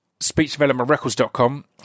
speechdevelopmentrecords.com